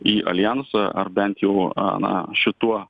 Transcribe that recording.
į aljansą ar bent jau a na šituo